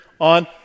on